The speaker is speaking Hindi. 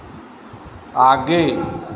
आगे